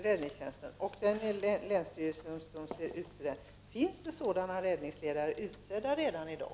Herr talman! Och det är länsstyrelsen som utser den. Finns det sådana räddningsledare utsedda redan i dag?